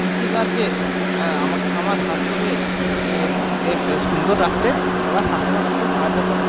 কৃষিকার্যে আমাকে আমার স্বাস্থ্যকে সুন্দর রাখতে বা স্বাস্থ্যবান রাখতে সাহায্য করে